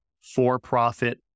for-profit